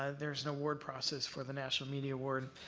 ah there's an award process for the national media award.